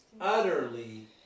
utterly